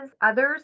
others